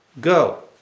Go